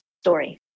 story